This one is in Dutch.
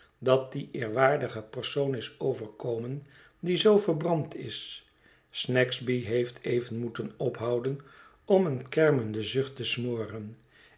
dat dien eerwaardigen persoon is overkomen die zoo verbrand is snagsby heeft even moeten ophouden om een kermenden zucht te smoren